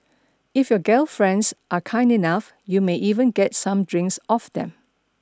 if your gal friends are kind enough you may even get some drinks off them